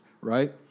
right